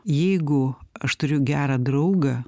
jeigu aš turiu gerą draugą